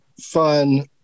fun